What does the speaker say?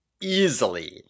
easily